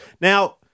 now